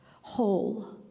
whole